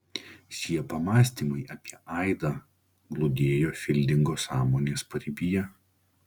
šie pamąstymai apie aidą glūdėjo fildingo sąmonės paribyje